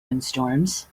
windstorms